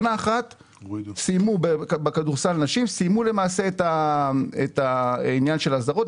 שנה אחת בכדורסל נשים סיימו למעשה את העניין של הזרות,